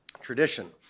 tradition